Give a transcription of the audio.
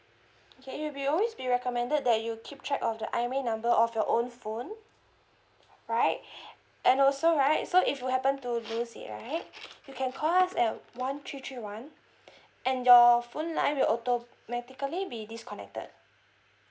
okay it'll be always be recommended that you keep track of the IMEI number of your own phone right and also right so if you happen to lose it right you can call us at one three three one and your phone line will automatically be disconnected